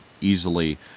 easily